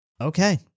Okay